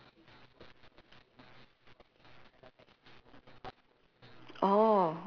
oh